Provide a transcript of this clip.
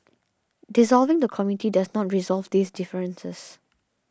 dissolving the committee does not resolve these differences